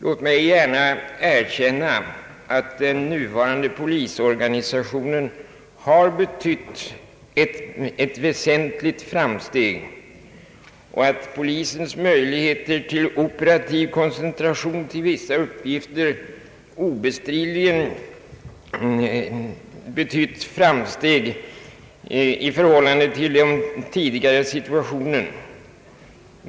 Låt mig gärna erkänna att den nuvarande polisorganisationen har inneburit ett väsentligt framsteg och att polisens möjligheter till operativ koncentration kring vissa uppgifter obestridligen är ett framsteg jämfört med tidigare sitaution.